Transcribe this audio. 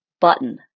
button